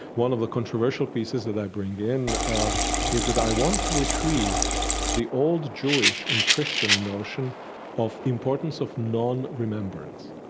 one of the controversial pieces that i bring in is that i want to retrieve the old jewish and christian notion of the importance of non-remembrance,